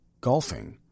golfing